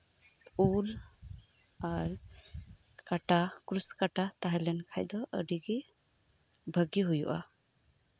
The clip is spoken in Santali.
ᱩᱞ ᱟᱨ ᱠᱟᱴᱟ ᱠᱨᱩᱥ ᱠᱟᱴᱟ ᱛᱟᱦᱮᱸᱞᱮᱱ ᱠᱷᱟᱱ ᱫᱚ ᱟᱹᱰᱤ ᱜᱮ ᱵᱷᱟᱹᱜᱮ ᱦᱳᱭᱳᱜᱼᱟ